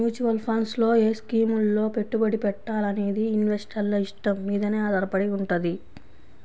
mutual funds లో ఏ స్కీముల్లో పెట్టుబడి పెట్టాలనేది ఇన్వెస్టర్ల ఇష్టం మీదనే ఆధారపడి వుంటది